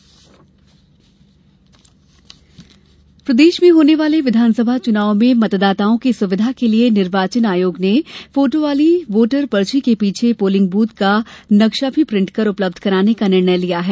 voter पर्ची booth नक्शा प्रदेश में होने वाले विधानसभा चुनाव में मतदाताओं की सुविधा के लिए निर्वाचन आयोग ने फोटो वाली वोटर पर्ची के पीछे पोलिंग ब्थ का नजरी नक्शा भी प्रिंट कर उपलब्ध कराने का निर्णय लिया है